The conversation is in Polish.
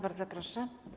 Bardzo proszę.